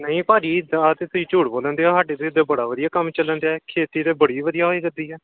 ਨਹੀਂ ਭਾਅ ਜੀ ਆਹ ਤਾਂ ਤੁਸੀਂ ਝੂਠ ਬੋਲਣ ਡੇ ਸਾਡੇ ਤੇ ਤਾਂ ਬੜਾ ਵਧੀਆ ਕੰਮ ਚਲਣ ਡਿਆਂ ਖੇਤੀ ਤਾਂ ਬੜੀ ਵਧੀਆ ਹੋਈ ਕਰਦੀ ਹੈ